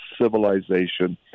civilization